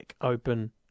open